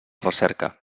recerca